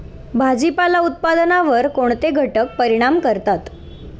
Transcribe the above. भाजीपाला उत्पादनावर कोणते घटक परिणाम करतात?